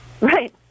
Right